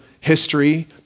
history